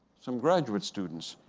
some graduate students.